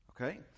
okay